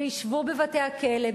וישבו בבתי-הכלא,